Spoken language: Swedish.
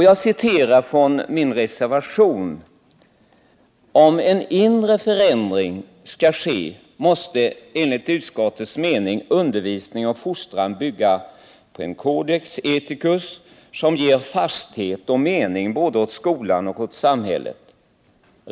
Jag citerar från vår reservation: ”Om en inre förändring skall ske måste enligt utskottets mening undervisning och fostran bygga på en ”codex ethicus” som ger fasthet och mening både åt skolan och åt samhället.